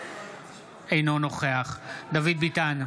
אינו נוכח דוד ביטן,